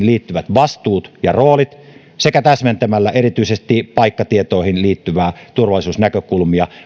liittyvät vastuut ja roolit sekä täsmentämällä erityisesti muun muassa paikkatietoihin liittyviä turvallisuusnäkökulmia